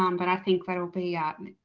um but i think that will be